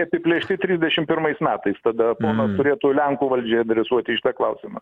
apiplėšti trisdešim pirmais metais tada ponas turėtų lenkų valdžiai adresuoti šitą klausimą